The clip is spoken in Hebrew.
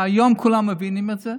היום כולם מבינים את זה,